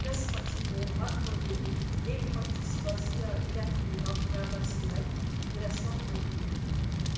त्यसपछिको अर्को दिन एक पच्चिस वर्षीय इराकी आप्रवासीलाई हिरासतमा लिइयो